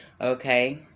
okay